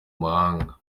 mahanga